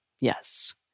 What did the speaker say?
Yes